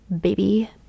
baby